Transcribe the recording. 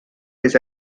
his